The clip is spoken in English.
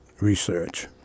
research